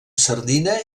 sardina